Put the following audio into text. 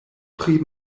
pri